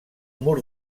mur